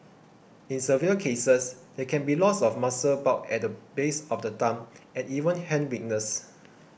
in severe cases there can be loss of muscle bulk at the base of the thumb and even hand weakness